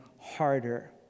harder